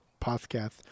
podcast